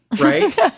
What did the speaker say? right